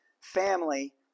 family